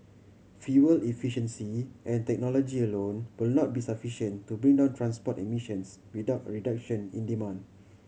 fuel efficiency and technology alone will not be sufficient to bring down transport emissions without a reduction in demand